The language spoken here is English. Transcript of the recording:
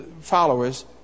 followers